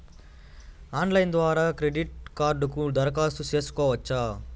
Online ద్వారా credit కార్డుకు దరఖాస్తు సేసుకోవచ్చా?